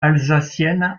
alsacienne